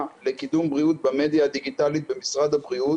לקידום בריאות במדיה הדיגיטלית במשרד הבריאות,